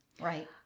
Right